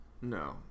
No